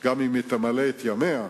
גם אם היא תמלא את ימיה,